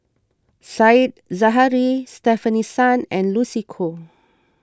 Said Zahari Stefanie Sun and Lucy Koh